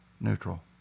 neutral